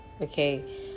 okay